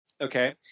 okay